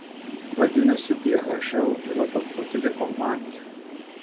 vadinasi dhl yra tarptautinė kompanija